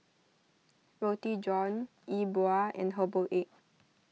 Roti John E Bua and Herbal Egg